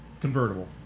Convertible